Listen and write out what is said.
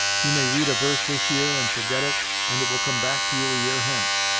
you may read a verse this year, and forget it, and it will come back to you a year hence,